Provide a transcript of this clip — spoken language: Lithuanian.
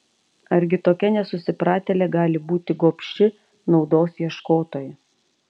argi tokia nesusipratėlė gali būti gobši naudos ieškotoja